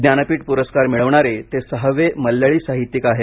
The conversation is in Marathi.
ज्ञानपीठ पुरस्कार मिळवणारे ते सहावे मल्याळी साहित्यिक आहेत